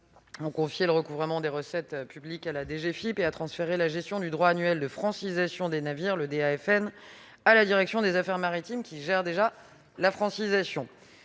la DGFiP le recouvrement des recettes publiques et à transférer la gestion du droit annuel de francisation des navires (DAFN) à la direction des affaires maritimes, qui gère déjà la francisation.